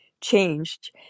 changed